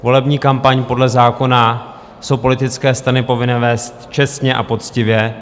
Volební kampaň podle zákona jsou politické strany povinné vést čestně a poctivě .